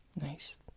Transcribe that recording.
Nice